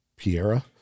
Piera